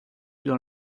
dans